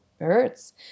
hurts